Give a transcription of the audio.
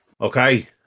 Okay